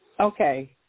Okay